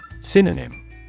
Synonym